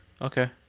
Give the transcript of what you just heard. Okay